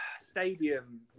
stadium